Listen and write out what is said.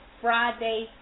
Friday